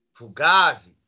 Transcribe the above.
Fugazi